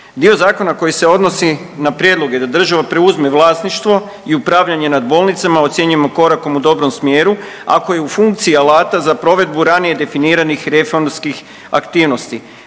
Dio zakona koji se odnosi na prijedloge da država preuzme vlasništvo i upravljanje nad bolnicama ocjenjujemo korakom u dobrom smjeru ako je u funkciji alata za provedbu ranije definiranih reformskih aktivnosti.